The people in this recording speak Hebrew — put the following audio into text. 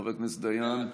חבר הכנסת דיין.